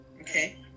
Okay